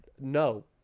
No